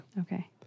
Okay